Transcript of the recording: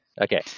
Okay